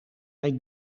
hij